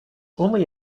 only